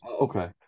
Okay